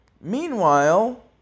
meanwhile